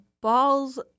balls